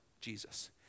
Jesus